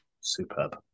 Superb